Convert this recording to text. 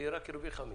והיא רק הרוויחה מכך.